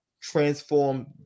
transform